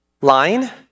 line